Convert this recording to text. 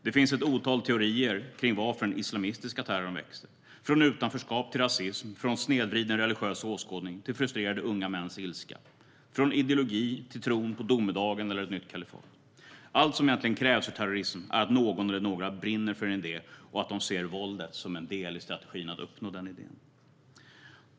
Det finns ett otal teorier kring varför den islamistiska terrorn växer - från utanförskap till rasism, från snedvriden religiös åskådning till frustrerade unga mäns ilska och från ideologi till tron på domedagen eller ett nytt kalifat. Allt som egentligen krävs för terrorism är att någon eller några brinner för en idé och att de ser våldet som en del i strategin för att förverkliga den idén.